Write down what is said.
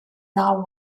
now